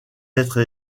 être